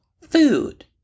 food